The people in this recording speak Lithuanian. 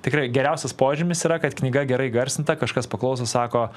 tikrai geriausias požymis yra kad knyga gerai įgarsinta kažkas paklausius sako